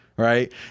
Right